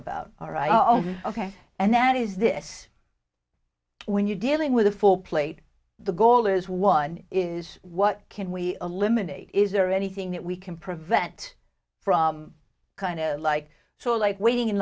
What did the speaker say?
about are i'll be ok and that is this when you're dealing with a full plate the goal is one is what can we eliminate is there anything that we can prevent from kind of like so like waiting in